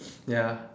ya